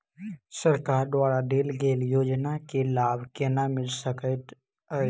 सरकार द्वारा देल गेल योजना केँ लाभ केना मिल सकेंत अई?